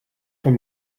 von